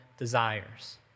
desires